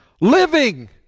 Living